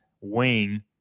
wing